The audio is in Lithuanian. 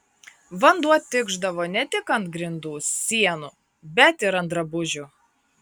vanduo tikšdavo ne tik ant grindų sienų bet ir ant drabužių